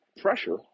pressure